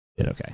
Okay